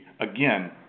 again